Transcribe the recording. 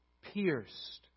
Pierced